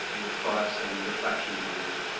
your thoughts and reflections on that.